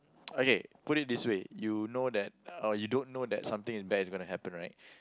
okay put it this way you know that or you don't know that something bad is going to happen right